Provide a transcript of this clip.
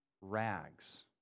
rags